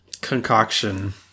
concoction